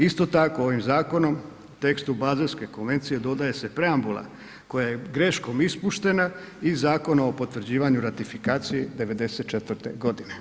Isto tako, ovim zakonom, tekstu Bazelske konvencije dodaje se preambula koje je greškom ispuštena i Zakon o potvrđivanju ratifikacije 94. godine.